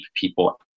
people